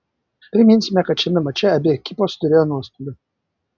priminsime kad šiame mače abi ekipos turėjo nuostolių